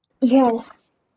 Yes